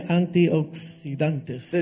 antioxidantes